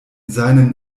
seinen